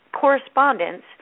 correspondence